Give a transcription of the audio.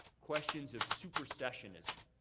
questions of supersessionism.